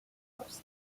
post